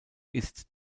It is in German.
ist